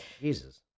Jesus